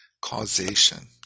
causation